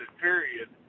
period